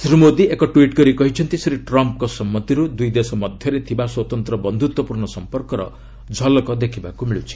ଶ୍ରୀ ମୋଦି ଏକ ଟ୍ୱିଟ୍ କରି କହିଛନ୍ତି ଶ୍ରୀ ଟମ୍ପ୍ଙ୍କ ସମ୍ମତିରୁ ଦୁଇ ଦେଶ ମଧ୍ୟରେ ଥିବା ସ୍ୱତନ୍ତ୍ର ବନ୍ଧୁତ୍ୱପୂର୍ଣ୍ଣ ସମ୍ପର୍କର ଝଲକ ମିଳୁଛି